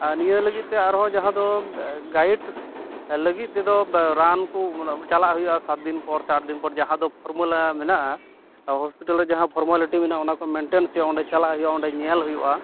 ᱟᱨ ᱱᱤᱭᱟᱹ ᱞᱟᱹᱜᱤᱫ ᱛᱮ ᱟᱨᱦᱚᱸ ᱡᱟᱦᱟᱸ ᱫᱚ ᱜᱟᱭᱤᱴ ᱞᱟᱹᱜᱤᱫ ᱛᱮᱫᱚ ᱨᱟᱱᱠᱚ ᱪᱟᱞᱟ ᱦᱩᱭᱩᱜᱟ ᱥᱟᱛᱫᱤᱱ ᱯᱚᱨ ᱟᱸᱴᱫᱤᱱ ᱯᱚᱨ ᱡᱟᱦᱟᱸ ᱫᱚ ᱯᱷᱚᱢᱩᱞᱟ ᱢᱮᱱᱟᱼᱟ ᱦᱚᱥᱯᱤᱴᱟᱞ ᱨᱮ ᱡᱟᱦᱟᱸ ᱯᱷᱚᱨᱢᱟᱞᱤᱴᱤ ᱢᱮᱱᱟᱜᱼᱟ ᱚᱱᱟᱠᱚ ᱢᱮᱱᱴᱮᱱᱥ ᱚᱸᱰᱮ ᱪᱟᱞᱟ ᱦᱩᱭᱩᱜᱼᱟ ᱚᱸᱰᱮ ᱧᱮᱞ ᱦᱩᱭᱩᱜᱟ